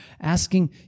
asking